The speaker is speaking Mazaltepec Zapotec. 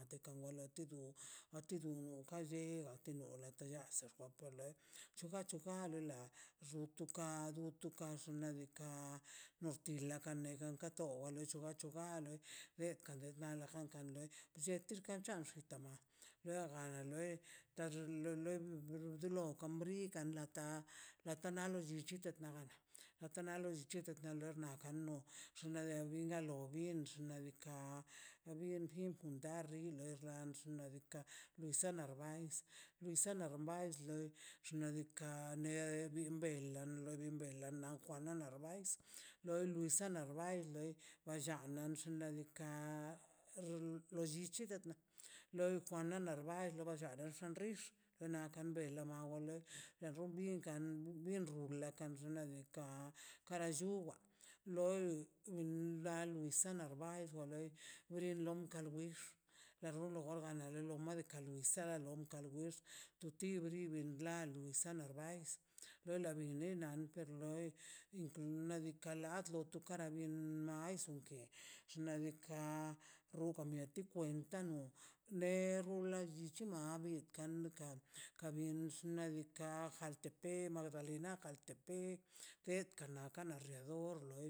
Ate ka wa la ti du a ti du nu ka lle a ti no lete llasə paper ḻe chuga chuga le la xu tu ka tu xnaꞌ diikaꞌ norti ḻa ka ne gan kato bachu bachu ga be kadel na la jan ka nle lle xki tan cha tama lata latana lo llichi tetna dorna kano bxade linna no bin xnaꞌ diikaꞌ olim jim juntar rrim or xnaꞌ diika' nisaꞌ narbais nisaꞌ narbais xnaꞌ diikaꞌ nebe bin be lo dim be nao juana narbais lo luisa narvais de ba llan loi xnaꞌ diikaꞌ lo llichi lo juana narbais bachana danxix wla kan ben lo mawde rronbi kan bin rru ḻa kan xnaꞌ diikaꞌ kara lluwaꞌ loi da nisaꞌ narbais won loi rinlo kalwix a rrolo ganaj lo madika nisaꞌ lon kalwix tu ti bri lan gu nisaꞌ narbais don la binina per loi unti nadikaꞌ lad lo tlo kara bin mae suke xnaꞌ diikaꞌ o ka mieti kwenta no ne rrula llichi mabi kan kan ka bin xnaꞌ diikaꞌ jaltepec magdalena kaltepec pet kana kana llet do rrorrue.